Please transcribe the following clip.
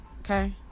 okay